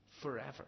forever